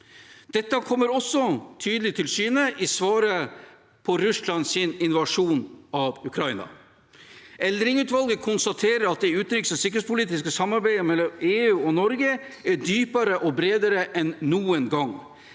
Dette kommer også tydelig til syne i svaret på Russlands invasjon av Ukraina. Eldring-utvalget konstaterer at det utenriks- og sikkerhetspolitiske samarbeidet mellom EU og Norge er